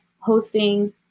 hosting